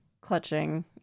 clutching